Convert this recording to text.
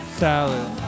salad